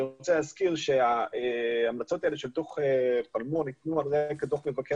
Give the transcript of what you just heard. אני רוצה להזכיר שההמלצות האלה של דוח פלמור ניתנו על רקע דוח מבקר